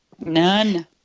None